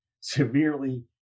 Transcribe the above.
severely